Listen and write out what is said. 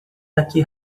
daqui